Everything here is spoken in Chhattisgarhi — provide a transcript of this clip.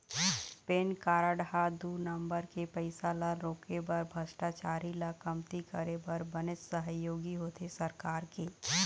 पेन कारड ह दू नंबर के पइसा ल रोके बर भस्टाचारी ल कमती करे बर बनेच सहयोगी होथे सरकार के